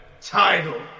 title